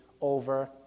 over